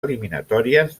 eliminatòries